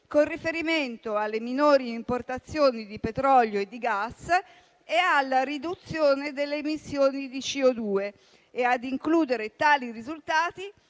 con riferimento alle minori importazioni di petrolio e di gas e alla riduzione delle emissioni di CO2 e ad includere tali risultati